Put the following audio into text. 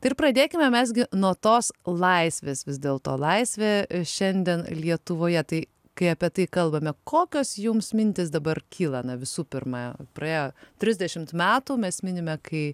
ir pradėkime mes gi nuo tos laisvės vis dėlto laisvė šiandien lietuvoje tai kai apie tai kalbame kokios jums mintys dabar kyla na visų pirma praėjo trisdešim metų mes minime kai